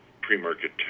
pre-market